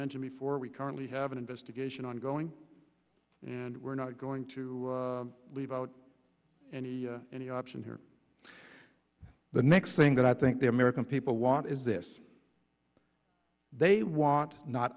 mentioned before we currently have an investigation ongoing and we're not going to to leave out and any option here the next thing that i think the american people want is this they want not